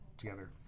together